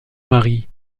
marie